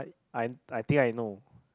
I I think I know